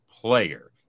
player